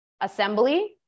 assembly